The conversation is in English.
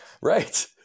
Right